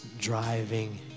driving